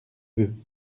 vœux